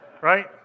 Right